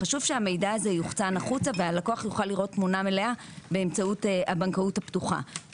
חשוב שהלקוח יוכל לראות את התמונה המלאה באמצעות הבנקאות הפתוחה.